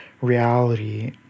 reality